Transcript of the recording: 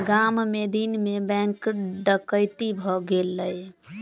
गाम मे दिन मे बैंक डकैती भ गेलै